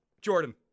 Jordan